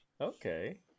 Okay